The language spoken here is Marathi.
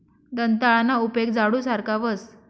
दंताळाना उपेग झाडू सारखा व्हस